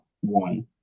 one